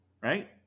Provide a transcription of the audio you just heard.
right